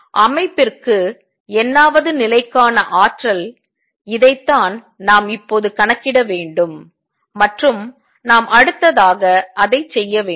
அமைப்பிற்கு n ஆவது நிலைக்கான ஆற்றல் இதைத்தான் நாம் இப்போது கணக்கிட வேண்டும் மற்றும் நாம் அடுத்ததாக அதை செய்ய வேண்டும்